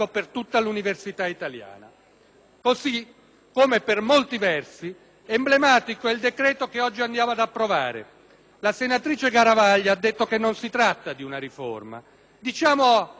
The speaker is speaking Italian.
Così come, per molti versi, emblematico è il decreto-legge che oggi ci accingiamo ad approvare. La senatrice Garavaglia ha detto che non si tratta di una riforma. Diciamo allora che è il vagone di testa